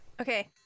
Okay